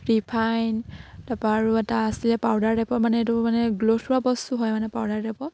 refine তাপা আৰু এটা আছিলে পাউডাৰ টেপৰ মানে এইটো মানে গ্ৰ'থ থোৱা বস্তু হয় মানে পাউডাৰ টেপৰ